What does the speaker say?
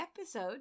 episode